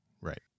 right